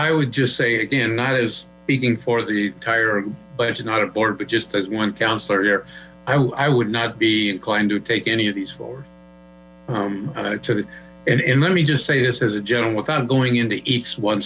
i would just say it again not as being for the tire but it's not a board but just as one counselor here i would not be inclined to take any of these forward and let me just say this as a general without going into each one